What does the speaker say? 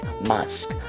musk